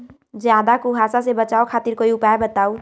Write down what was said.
ज्यादा कुहासा से बचाव खातिर कोई उपाय बताऊ?